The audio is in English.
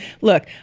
look